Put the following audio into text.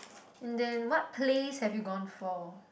and then what plays have you gone for